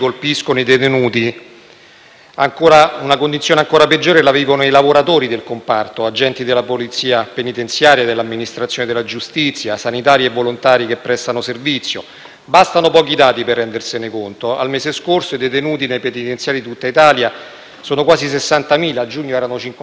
una condizione ancora peggiore la vivono i lavoratori del comparto (agenti della polizia penitenziaria, dell'amministrazione della giustizia, sanitari e volontari che prestano servizio). Bastano pochi dati per rendersene conto. Al mese scorso i detenuti nei penitenziari di tutta Italia sono quasi 60.000. A giugno erano 58.000, in continuo aumento,